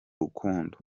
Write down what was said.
rukundo